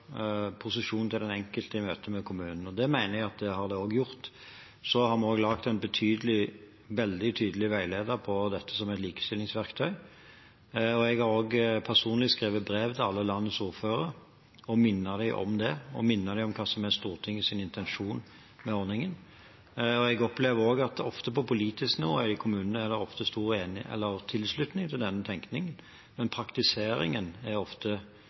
posisjonen til den enkelte i møte med kommunen. Det mener jeg at det også har gjort. Så har vi laget en veldig tydelig veileder på dette, som et likestillingsverktøy. Jeg har også personlig skrevet brev til alle landets ordførere og minnet dem på hva som er Stortingets intensjon med ordningen. Jeg opplever at på politisk nivå i kommunene er det ofte stor tilslutning til denne tenkningen, men praktiseringen er ofte